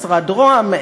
משרד ראש הממשלה,